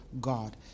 God